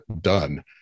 done